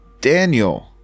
Daniel